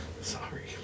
Sorry